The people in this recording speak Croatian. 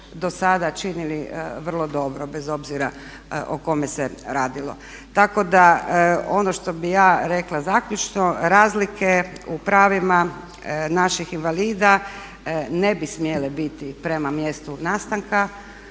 do sada činili vrlo dobro bez obzira o kome se radilo. Tako da ono što bi ja rekla zaključno, razlike u pravima naših invalida ne bi smjele biti prema mjestu nastanka